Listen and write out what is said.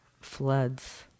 floods